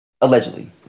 Allegedly